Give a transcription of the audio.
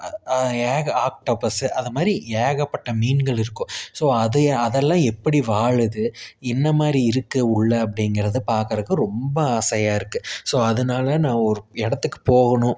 ஏக ஆக்டோபஸ் அதைமாதிரி ஏகப்பட்ட மீன்கள் இருக்கும் ஸோ அதை அதெல்லாம் எப்படி வாழுது என்ன மாதிரி இருக்குது உள்ளே அப்படிங்கறத பார்க்கறக்கு ரொம்ப ஆசையாக இருக்குது ஸோ அதனால் நான் ஒரு இடத்துக்கு போகணும்